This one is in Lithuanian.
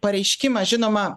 pareiškimą žinoma